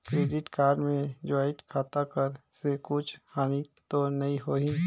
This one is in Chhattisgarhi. क्रेडिट कारड मे ज्वाइंट खाता कर से कुछ हानि तो नइ होही?